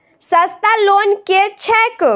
सस्ता लोन केँ छैक